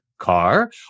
car